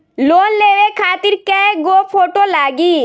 Loan लेवे खातिर कै गो फोटो लागी?